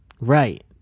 Right